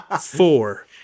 four